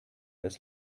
this